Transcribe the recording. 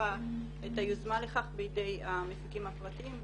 והותירה את היוזמה לכך בידי המפיקים הפרטיים,